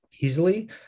easily